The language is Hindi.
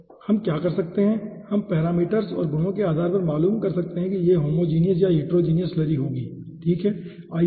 तो हम क्या कर सकते हैं हम पैरामीटर्स और गुणों के आधार पर मालूम कर सकते हैं कि यह होमोजीनियस या हिटेरोजीनियस स्लरी होगी ठीक है